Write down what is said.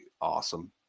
awesome